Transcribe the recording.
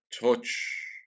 touch